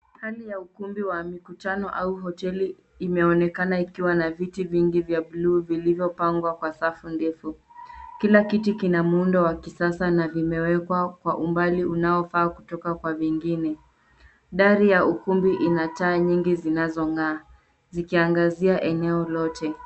Hali ya ukumbi wa mikutano au hoteli imeonekana ikiwa na viti vingi vya blue , vilivyopangwa kwa safu ndefu. Kila kiti kina muundo wa kisasa, na vimewekwa kwa umbali unaofaa kutoka kwa vingine. Dari ya ukumbi ina taa nyingi zinazong'aa, zikiangazia eneo lote.